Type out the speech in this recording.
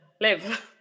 live